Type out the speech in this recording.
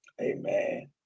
Amen